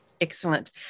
Excellent